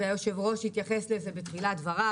והיושב-ראש התייחס לזה בתחילת דבריו,